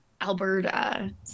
Alberta